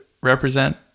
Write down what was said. represent